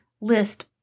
list